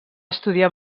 estudiar